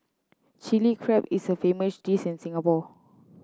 Chilli Crab is a famous dish in Singapore